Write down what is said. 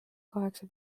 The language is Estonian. kaheksa